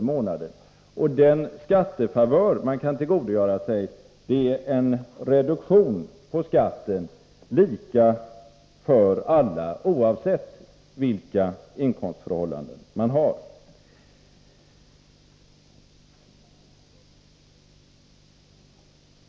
i månaden, och den skattefavör man kan tillgodogöra sig är en reduktion på skatten, lika för alla, oavsett vilka inkomstförhållanden man har.